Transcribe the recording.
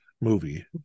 movie